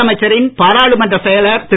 முதலமைச்சரின் பாராளுமன்றச் செயலர் திரு